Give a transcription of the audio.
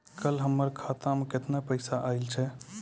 कल हमर खाता मैं केतना पैसा आइल छै?